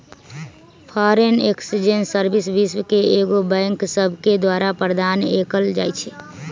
foreign exchange service विश्व के कएगो बैंक सभके द्वारा प्रदान कएल जाइ छइ